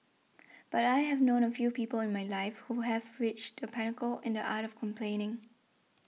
but I have known a few people in my life who have reached the pinnacle in the art of complaining